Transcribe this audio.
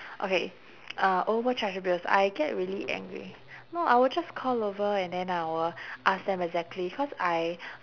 okay uh overcharged bills I get really angry no I will just call over and then I will ask them exactly cause I